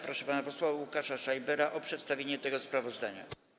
Proszę pana posła Łukasza Schreibera o przedstawienie tego sprawozdania.